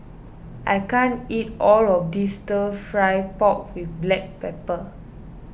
I can't eat all of this Stir Fry Pork with Black Pepper